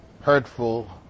hurtful